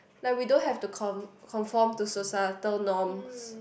like we don't have to con~ conform to societal norms